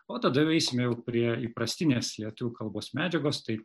o tada eisime jau prie įprastinės lietuvių kalbos medžiagos tai